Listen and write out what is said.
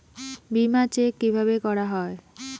বিমা চেক কিভাবে করা হয়?